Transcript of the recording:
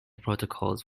protocols